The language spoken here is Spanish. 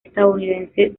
estadounidense